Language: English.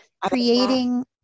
creating